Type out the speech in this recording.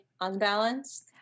unbalanced